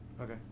Okay